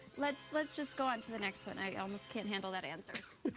let's let's just go on to the next one. i almost can't handle that answer.